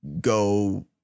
go